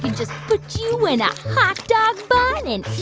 just put you in a hot dog bun and